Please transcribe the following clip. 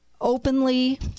openly